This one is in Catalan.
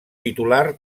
titular